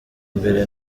mbere